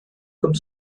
comme